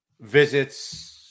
visits